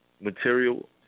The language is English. Material